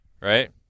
Right